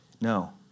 No